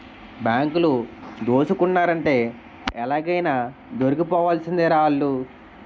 బాంకులు దోసుకున్నారంటే ఎలాగైనా దొరికిపోవాల్సిందేరా ఆల్లు